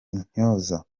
intyoza